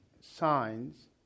signs